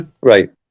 right